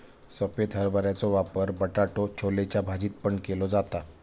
सफेद हरभऱ्याचो वापर बटाटो छोलेच्या भाजीत पण केलो जाता